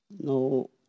no